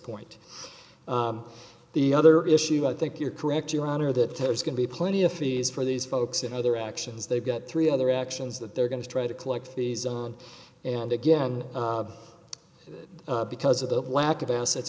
point the other issue i think you're correct your honor that terror is going to be plenty of fees for these folks and other actions they've got three other actions that they're going to try to collect fees on and again because of the lack of assets